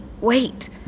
wait